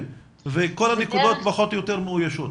וכל הנקודות פחות או יותר מאוישות.